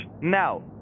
Now